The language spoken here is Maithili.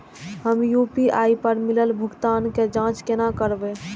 हम यू.पी.आई पर मिलल भुगतान के जाँच केना करब?